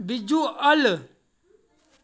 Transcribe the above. visual